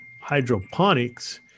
hydroponics